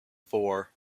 four